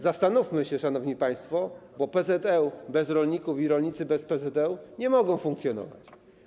Zastanówmy się, szanowni państwo, bo PZŁ bez rolników i rolnicy bez PZŁ nie mogą funkcjonować.